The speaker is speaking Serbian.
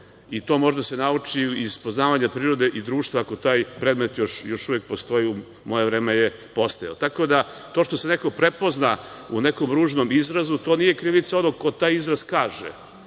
i to može da se nauči iz poznavanja prirode i društva, ako taj predmet još uvek postoji, u moje vreme je postojao. Tako da, to što se neko prepozna po nekom ružnom izrazu, to nije krivica onog ko taj izraz kaže,